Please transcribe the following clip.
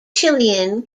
chilean